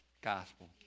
gospel